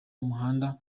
umuhanda